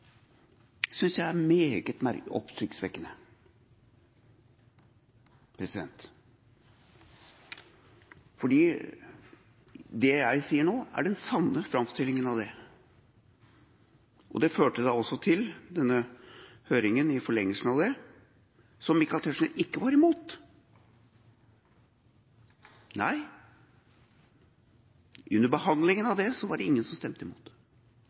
synes jeg er meget oppsiktsvekkende, fordi det jeg sier nå, er den sanne framstillingen av det. Det førte da – som en forlengelse av det – til denne høringen, som Michael Tetzschner ikke var imot. Under behandlingen av det var det ingen som stemte imot,